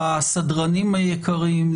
לסדרנים היקרים,